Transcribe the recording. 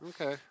Okay